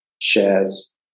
shares